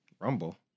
Rumble